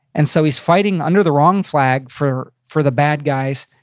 and so he's fighting under the wrong flag for for the bad guys,